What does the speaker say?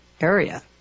area